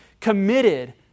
committed